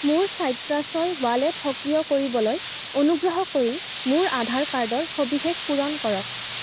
মোৰ চাইট্ৰাছৰ ৱালেট সক্ৰিয় কৰিবলৈ অনুগ্ৰহ কৰি মোৰ আধাৰ কাৰ্ডৰ সবিশেষ পূৰণ কৰক